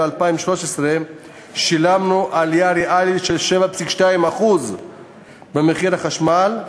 ב-2013 שילמנו עלייה ריאלית של 7.2% במחיר החשמל,